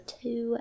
two